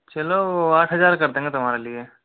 चलो आठ हज़ार कर देंगे तुम्हारे लिए